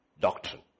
Doctrine